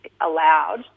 allowed